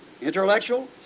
intellectual